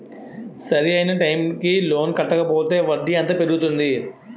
సరి అయినా టైం కి లోన్ కట్టకపోతే వడ్డీ ఎంత పెరుగుతుంది?